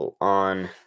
on